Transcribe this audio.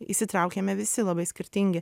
įsitraukėme visi labai skirtingi